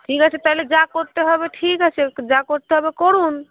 ঠিক আছে তাহলে যা করতে হবে ঠিক আছে যা করতে হবে করুন